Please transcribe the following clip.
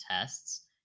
tests